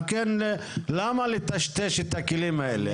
על כן למה לטשטש את הכלים האלה?